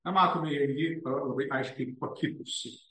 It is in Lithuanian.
na matome jį labai aiškiai pakitusį